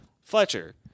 Fletcher